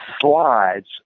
slides